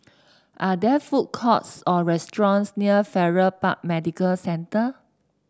are there food courts or restaurants near Farrer Park Medical Centre